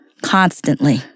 constantly